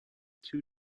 two